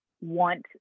want